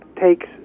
takes